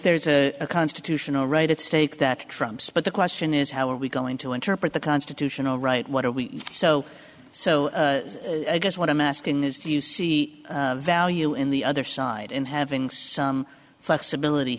there is a constitutional right at stake that trumps but the question is how are we going to interpret the constitutional right what are we so so i guess what i'm asking is do you see value in the other side in having some flexibility